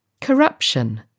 Corruption